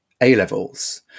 A-levels